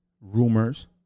rumors